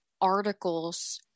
articles